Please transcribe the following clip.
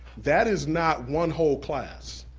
that is not one whole class.